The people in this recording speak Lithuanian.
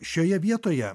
šioje vietoje